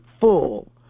full